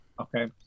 Okay